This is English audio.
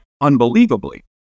Unbelievably